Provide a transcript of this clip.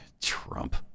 Trump